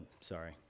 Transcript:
sorry